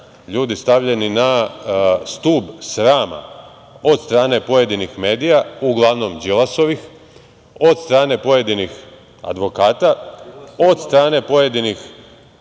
ljudi stavljeni na stub srama od strane pojedinih medija, uglavnom Đilasovih, od strane pojedinih advokata, od strane pojedinih